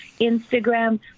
Instagram